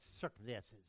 circumstances